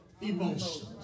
emotions